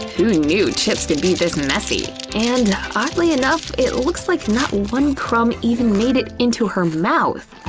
who knew chips could be this messy? and oddly enough, it looks like not one crumb even made it into her mouth!